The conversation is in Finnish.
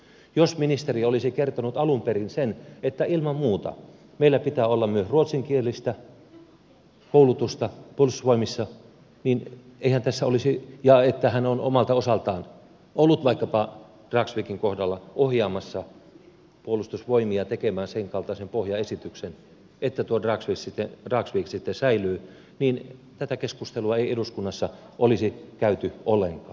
jos ministeri olisi kertonut alun perin sen että ilman muuta meillä pitää olla myös ruotsinkielistä koulutusta pois vai missä ei enää tässä puolustusvoimissa ja hän on omalta osaltaan ollut vaikkapa dragsvikin kohdalla ohjaamassa puolustusvoimia tekemään sen kaltaisen pohjaesityksen että tuo dragsvik sitten säilyy niin tätä keskustelua ei eduskunnassa olisi käyty ollenkaan